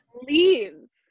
leaves